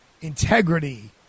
integrity